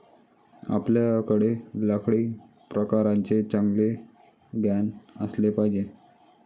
आपल्याकडे लाकडी प्रकारांचे चांगले ज्ञान असले पाहिजे